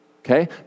Okay